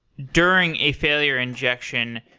during a failure injection,